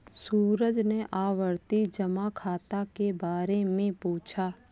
सूरज ने आवर्ती जमा खाता के बारे में पूछा